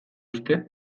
uste